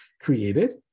created